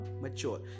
mature